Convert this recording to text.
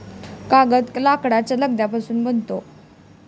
कागद लाकडाच्या लगद्यापासून बनतो